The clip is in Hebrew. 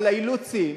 אבל האילוצים,